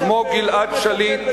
שמו גלעד שליט.